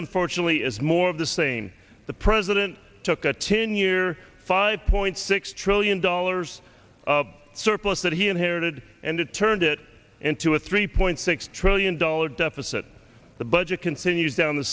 unfortunately is more of the same the president took a ten year five point six trillion dollars of surplus that he inherited and it turned it into a three point six trillion dollars deficit the budget continues down the